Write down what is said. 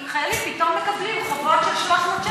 חיילים פתאום מקבלים חובות של 300 שקל.